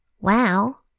Wow